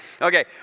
Okay